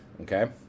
okay